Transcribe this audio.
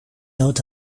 out